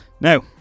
Now